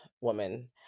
woman